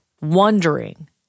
wondering